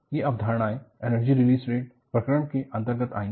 ये अवधारणाएँ energy release rate प्रकरण के अंतर्गत आएगी